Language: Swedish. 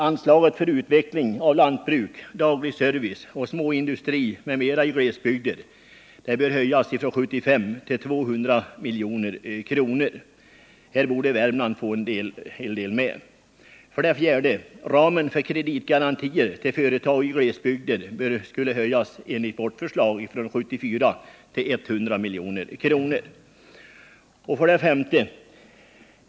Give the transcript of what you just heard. Anslaget till utveckling av lantbruk, dagligservice, småindustri m.m. i glesbygder bör höjas från 75 till 200 milj.kr. Av dessa pengar borde Värmland få en del. 4. Ramen för kreditgarantilån till företag i glesbygder bör höjas från 74 till 100 milj.kr. 5.